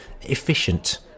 efficient